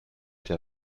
été